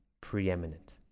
preeminent